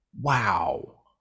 Wow